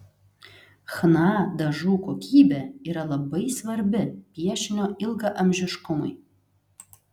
chna dažų kokybė yra labai svarbi piešinio ilgaamžiškumui